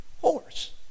horse